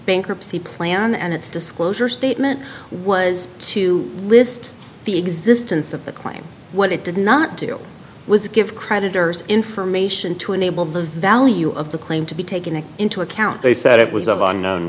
bankruptcy plan and its disclosure statement was to list the existence of the claim what it did not do was give creditors information to enable the value of the claim to be taken into account they said it was